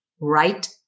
right